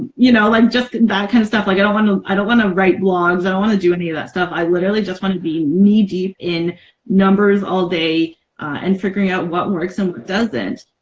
you know, um just that kind stuff, like i don't want to. i don't want to write blogs. i don't want to do any of that stuff. i literally just wanted to be knee-deep in numbers all day and figuring out what works and what doesn't.